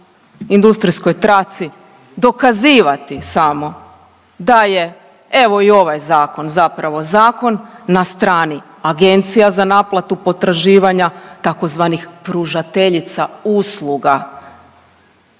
industrijskoj traci dokazivati samo da je evo i ovaj zakon zapravo zakon na strani agencija za naplatu potreživanja tzv. pružateljica usluga,